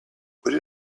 would